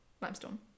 limestone